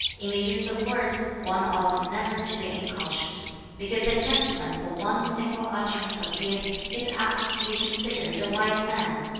in the use of words one ought never to be incautious because a gentleman for one single utterance of his is apt to be considered a wise man,